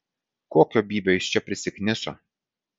kokio bybio jis čia prisikniso